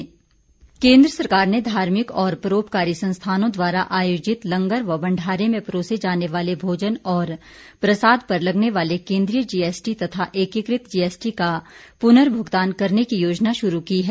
भंडारा GST केंद्र सरकार ने धार्मिक और परोपकारी संस्थानों द्वारा आयोजित लंगर व भंडारे में परोसे जाने वाले भोजन और प्रसाद पर लगने वाले केंद्रीय जीएसटी तथा एकीकृत जीएसटी का पुर्नभुगतान करने की योजना शुरू की है